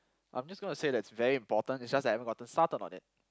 I'm just gonna say that it's very important it's just that I haven't gotten started on it